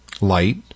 light